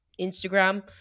Instagram